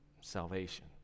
salvation